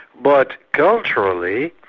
but culturally,